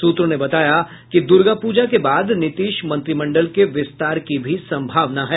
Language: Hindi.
सूत्रों ने बताया कि दुर्गा पूजा के बाद नीतिश मंत्रिमंडल के विस्तार की भी संभावना है